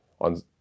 on